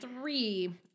three